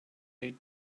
they